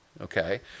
okay